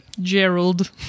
Gerald